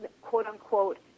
quote-unquote